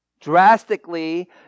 Drastically